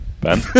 Ben